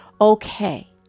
okay